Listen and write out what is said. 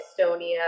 Estonia